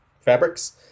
fabrics